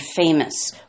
famous